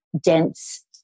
dense